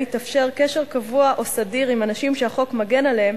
מתאפשר קשר קבוע או סדיר עם אנשים שהחוק מגן עליהם,